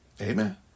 Amen